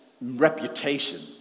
reputation